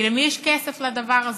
כי למי יש כסף לדבר הזה,